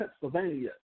Pennsylvania